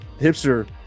Hipster